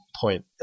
point